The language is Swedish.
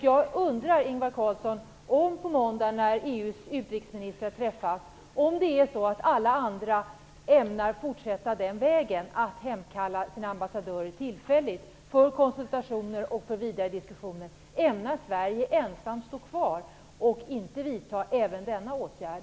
Jag vill fråga Ingvar Carlsson: När EU:s utrikesministrar träffas på måndag - och om alla andra länder ämnar att fortsätta vägen att hemkalla sina ambassadörer tillfälligt för konsultationer och för vidare diskussioner - ämnar då Sverige ensamt stå kvar och inte vidta även denna åtgärd?